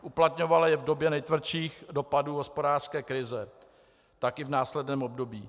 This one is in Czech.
Uplatňovala je v době nejtvrdších dopadů hospodářské krize, tak i v následném období.